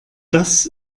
das